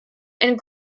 and